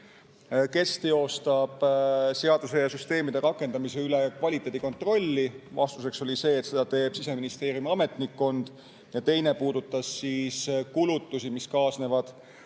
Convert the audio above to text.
kes teostab seaduse ja süsteemide rakendamise üle kvaliteedikontrolli. Vastus oli, et seda teeb Siseministeeriumi ametnikkond. Teine küsimus puudutas kulutusi, mis kaasnevad